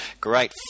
great